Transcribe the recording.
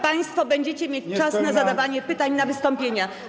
Państwo będziecie mieć czas na zadawanie pytań, na wystąpienia.